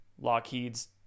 lockheed's